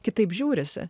kitaip žiūrisi